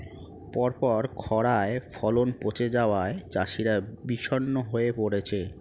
পরপর খড়ায় ফলন পচে যাওয়ায় চাষিরা বিষণ্ণ হয়ে পরেছে